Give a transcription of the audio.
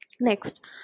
Next